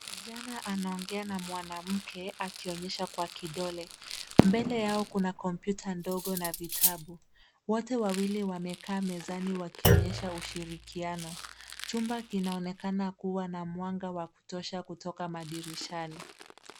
Kijana anaongea na mwanamke akionyesha kwa kidole. Mbele yao kuna kompyuta ndogo na vitabu. Wote wawili wamekaa mezani wakionyesha ushirikiano. Chumba kinaonekana kuwa na mwanga wa kutosha kutoka madirishani.